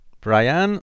Brian